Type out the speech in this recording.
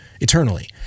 eternally